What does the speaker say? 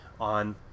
on